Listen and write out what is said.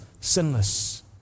sinless